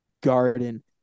Garden